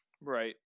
Right